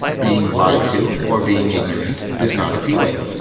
being lied to or being ignorant is not appealing.